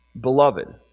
beloved